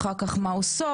אחר כך מה עושות,